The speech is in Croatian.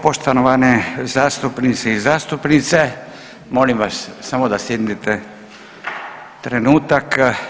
Poštovane zastupnici i zastupnice, molim vas samo da sjednete trenutak.